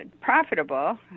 profitable